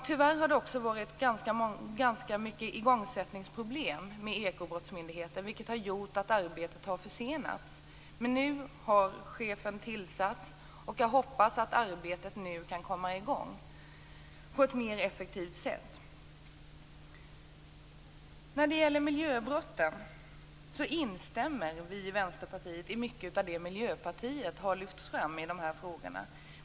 Tyvärr har det också varit ganska många igångsättningsproblem på Ekobrottsmyndigheten, vilket har gjort att arbetet har försenats. Men nu har chefen tillsatts, och jag hoppas att arbetet kan komma i gång på ett mer effektivt sätt. När det gäller miljöbrotten instämmer vi i Vänsterpartiet i mycket av det Miljöpartiet har lyft fram i dessa frågor.